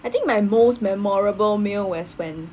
I think my most memorable meal was when